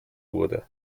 wurde